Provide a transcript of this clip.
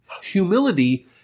humility